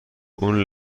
اون